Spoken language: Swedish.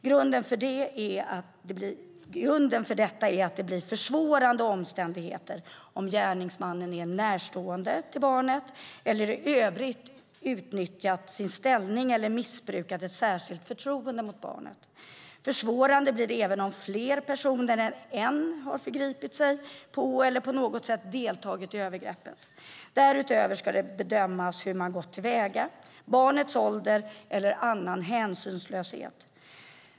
Grunden för detta är att det blir försvårande omständigheter om gärningsmannen är närstående till barnet eller i övrigt utnyttjat sin ställning eller missbrukat ett särskilt förtroende mot barnet. Försvårande blir det även om fler personer än en har förgripit sig på barnet eller på något sätt deltagit i övergreppet. Därutöver ska det bedömas hur man gått till väga, barnets ålder eller annan hänsynslöshet.